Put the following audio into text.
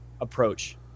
approach